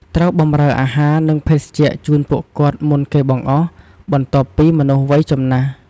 ត្រូវបម្រើអាហារ និងភេសជ្ជៈជូនពួកគាត់មុនគេបង្អស់ បន្ទាប់ពីមនុស្សវ័យចំណាស់ ។